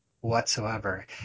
whatsoever